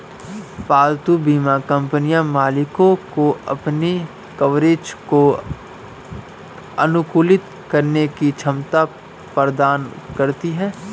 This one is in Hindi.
पालतू बीमा कंपनियां मालिकों को अपने कवरेज को अनुकूलित करने की क्षमता प्रदान करती हैं